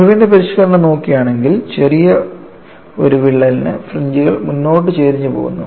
ഇർവിന്റെ പരിഷ്ക്കരണം നോക്കുകയാണെങ്കിൽ ചെറിയ ഒരു വിള്ളലിന് ഫ്രിഞ്ച്കൾ മുന്നോട്ട് ചരിഞ്ഞുപോകുന്നു